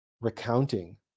recounting